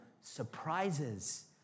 surprises